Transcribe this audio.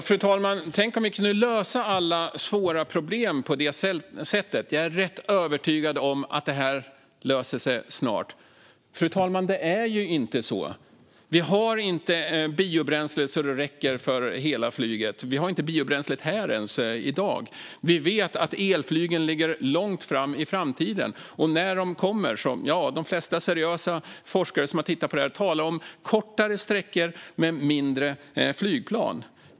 Fru talman! "Jag är rätt övertygad om att det här löser sig snart" - tänk om vi kunde lösa alla svåra problem på det sättet! Det är ju inte så, fru talman. Vi har inte biobränsle så det räcker för hela flyget. Vi har inte ens biobränslet här i dag. Elflygen ligger långt fram i tiden, och de flesta seriösa forskare som har tittat på detta talar om kortare sträckor med mindre flygplan.